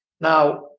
Now